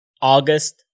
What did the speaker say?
August